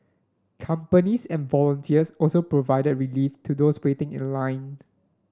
companies and volunteers also provided relief to those waiting in line